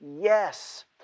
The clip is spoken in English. yes